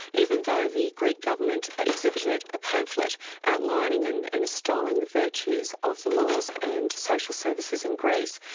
even though the greek government exhibited a pamphlet outlining and and extolling the virtues of the laws and social services in greece.